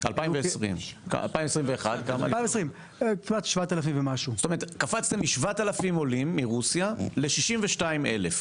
כלומר קפצתם מ-7,000 מרוסיה ל-62,000.